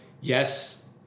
yes